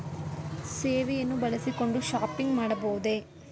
ಸೇವೆಯನ್ನು ಬಳಸಿಕೊಂಡು ಶಾಪಿಂಗ್ ಮಾಡಬಹುದೇ?